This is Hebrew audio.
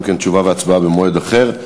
אם כן, תשובה והצבעה במועד אחר.